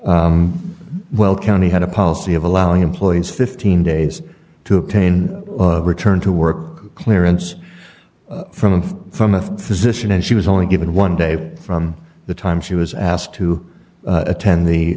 that well county had a policy of allowing employees fifteen days to obtain a return to work clearance from and from a physician and she was only given one day from the time she was asked to attend the